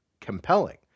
compelling